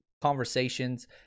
conversations